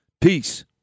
peace